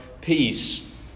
Peace